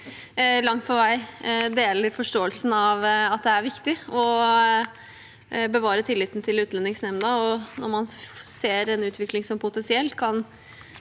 langt på vei deler forståelsen av at det er viktig å bevare tilliten til Utlendingsnemnda. Når man ser en utvikling som potensielt